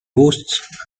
boasts